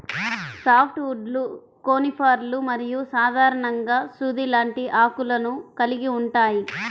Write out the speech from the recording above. soft వుడ్లు కోనిఫర్లు మరియు సాధారణంగా సూది లాంటి ఆకులను కలిగి ఉంటాయి